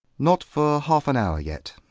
not for half an hour yet.